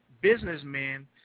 businessmen